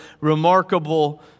remarkable